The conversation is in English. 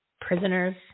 prisoners